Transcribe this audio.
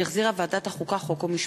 שהחזירה ועדת החוקה, חוק ומשפט,